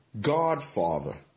godfather